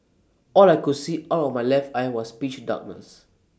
all I could see out of my left eye was pitch darkness